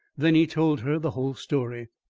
then he told her the whole story.